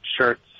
shirts